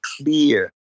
clear